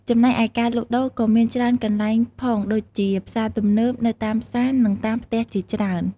ចំណែកឯការលក់ដូរក៏មានច្រើនកន្លែងផងដូចជា ផ្សារទំនើប នៅតាមផ្សារ និងតាមផ្ទះជាច្រើន។